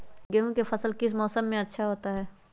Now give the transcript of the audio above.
गेंहू का फसल किस मौसम में अच्छा होता है?